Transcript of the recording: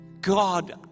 God